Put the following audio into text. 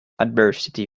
adversity